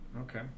Okay